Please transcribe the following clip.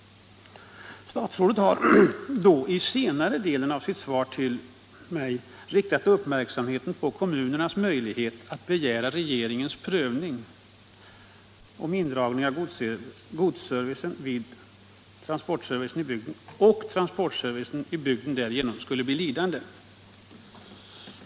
Statsrådet har i senare delen av sitt svar till mig riktat uppmärksamheten på kommunernas möjlighet att begära regeringens prövning av indragning av transportservicen i bygden, om denna därigenom skulle bli lidande.